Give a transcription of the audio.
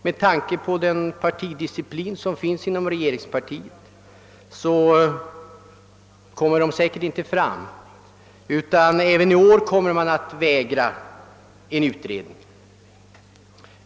Med tanke på den partidisciplin som finns inom regeringspartiet kommer de emellertid säkerligen inte att framträda, utan även i år kommer man att vägra att begära en utredning.